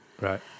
Right